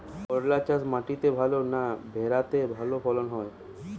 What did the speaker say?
করলা চাষ মাটিতে ভালো না ভেরাতে ভালো ফলন হয়?